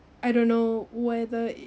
I don't know whether